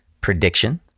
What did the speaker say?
prediction